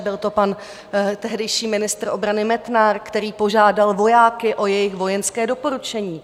Byl to pan tehdejší ministr obrany Metnar, který požádal vojáky o jejich vojenské doporučení.